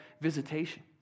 visitation